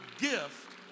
gift